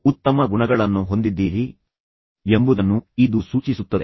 ನೀವು ಉನ್ನತ ಮಟ್ಟದಲ್ಲಿ ಉತ್ತಮ ಗುಣಗಳನ್ನು ಹೊಂದಿದ್ದೀರಿ ಎಂಬುದನ್ನು ಇದು ಸೂಚಿಸುತ್ತದೆ